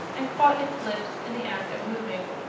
and caught its lips in the act of moving.